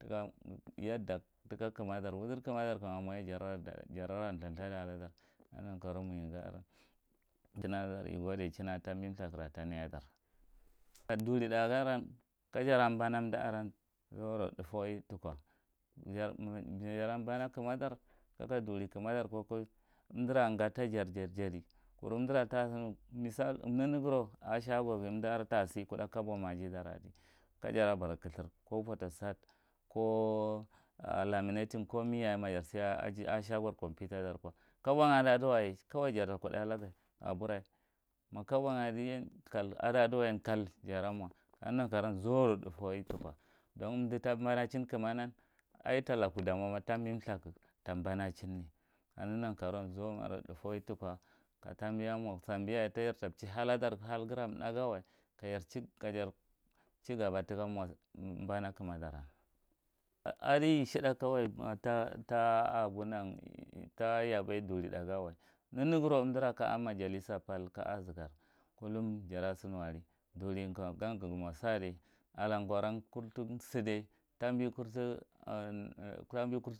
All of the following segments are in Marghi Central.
Tika yadda wudir kuma dar wua kumadar kama moye jara thádthada ladar adi nan karowan muweghi gaaran tina ladar igodi chin aka tabi thákura ta naiyedar, duri thá ga aran gajera banan umdi aran zuaou thùfewai tuko jara bana kumdar kaka duri madar ko ko umdira gata jar jarjidi kuru umdira tasinu missal neneghiro umdira tasi ako shago aghi umdi laka tasi kudda kobo na adi kajara bara қathùrs ko phota stat laminahig ko meyeye majar siako shagor computa dar ko kobo a daduwa yaye kawai jar takudai haga abure ma kabon adiyan kal adadi wayan kal jara mo kaneghi nan karawan zurou thù fawai tuko dan umdi ta banachin kumanan aitalaku damo ma tabi thù tabana chinne kaneghi nan karouwan zaumarou thùfawai thùko ka tabi a mo san biyaye tajar tanchi haladar hal ghira umthá ganway kajar chigabai tika mo bana kumadaran adiye shithù kawai mawai ta a go ta yabai durithá ganwa neneghiro umdira kaa majalisa pal ka a zigar kullum jara sinu ali juri kam gan gha mosadai alam koran kur tin sidai tabi kurti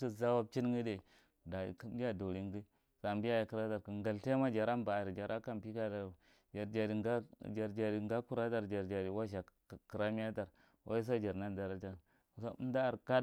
zawab chin ghádai dachi ija diringhi sambiyaye galtai ma jara ba jara jara kam pikù ar adiwa jar jadi ngakura dar jar jadi yaztha kiramiya dai umda are jar nar dara jar kat